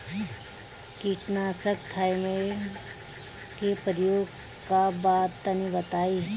कीटनाशक थाइमेट के प्रयोग का बा तनि बताई?